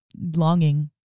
longing